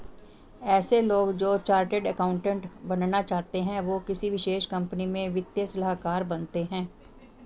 ऐसे लोग जो चार्टर्ड अकाउन्टन्ट बनना चाहते है वो किसी विशेष कंपनी में वित्तीय सलाहकार बनते हैं